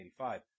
1985